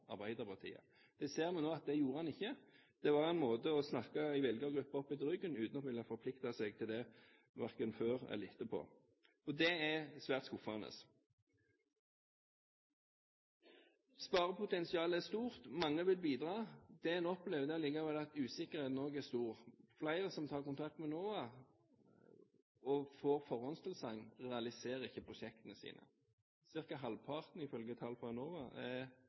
Arbeiderpartiet. Det ser vi nå at han ikke gjorde. Det var en måte å snakke en velgergruppe etter munnen på, uten å ville forplikte seg verken før eller etterpå. Det er svært skuffende. Sparepotensialet er stort, mange vil bidra. Det en opplever, er likevel at usikkerheten også er stor. Flere som tar kontakt med Enova og får forhåndstilsagn, realiserer ikke prosjektene sine. Når det gjelder husholdningsstøtte, blir ca. halvparten, ifølge tall fra Enova, aldri utbetalt. Det mener vi vitner om at det kanskje er